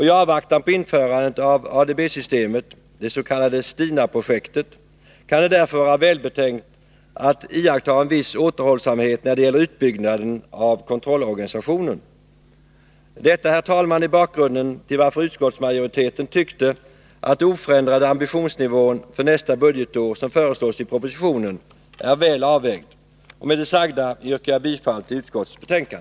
I avvaktan på införandet av ADB-systemet, det s.k. STINA-projektet, kan det därför vara välbetänkt att iaktta en viss återhållsamhet när det gäller utbyggnaden av kontrollorganisationen. Detta är bakgrunden till att utskottsmajoriteten har tyckt att den oförändrade ambitionsnivå för nästa budgetår som föreslås i propositionen är väl avvägd. Med det sagda, herr talman, yrkar jag bifall till utskottets hemställan.